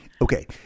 Okay